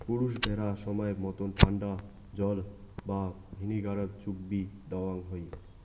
পুরুষ ভ্যাড়া সমায় মতন ঠান্ডা জল বা ভিনিগারত চুগবি দ্যাওয়ং হই